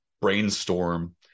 brainstorm